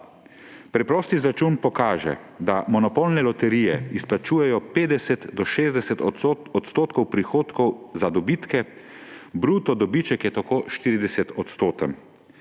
»Preprost izračun pokaže, da monopolne loterije izplačujejo 50 do 60 % prihodkov za dobitke. Bruto dobiček je tako 40-odstoten.«